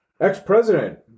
ex-president